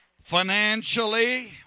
financially